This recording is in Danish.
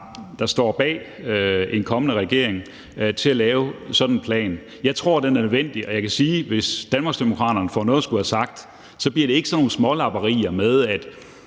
der står bag en kommende regering, til at lave sådan en plan. Jeg tror, den er nødvendig. Og jeg kan sige, at hvis Danmarksdemokraterne får noget at skulle have sagt, bliver det ikke sådan nogle smålapperier,